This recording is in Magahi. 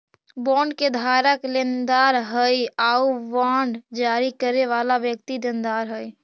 बॉन्ड के धारक लेनदार हइ आउ बांड जारी करे वाला व्यक्ति देनदार हइ